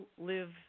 live